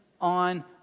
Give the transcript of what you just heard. on